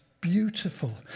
beautiful